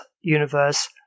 universe